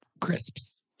crisps